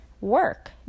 work